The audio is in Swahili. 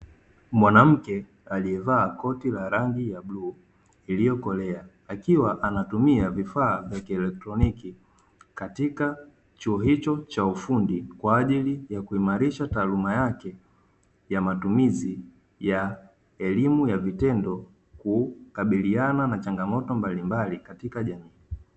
Mwanamke aliyevaa koti la rangi ya bluu iliyokolea, akiwa anatumia vifaa vya kielektroniki katika chuo hicho cha ufundi kwa ajili ya kuimarisha taaluma yake ya matumizi ya elimu ya vitendo kukabiliana na changamoto mbalimbali katika jamii.